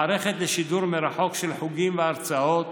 מערכת לשידור מרחוק של חוגים והרצאות